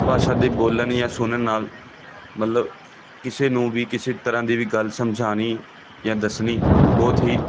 ਭਾਸ਼ਾ ਦੇ ਬੋਲਣ ਜਾਂ ਸੁਣਨ ਨਾਲ ਮਤਲਬ ਕਿਸੇ ਨੂੰ ਵੀ ਕਿਸੇ ਤਰ੍ਹਾਂ ਦੀ ਵੀ ਗੱਲ ਸਮਝਾਉਣੀ ਜਾਂ ਦੱਸਣੀ ਬਹੁਤ ਹੀ